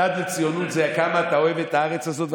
מדד לציונות זה כמה אתה אוהב את הארץ הזאת,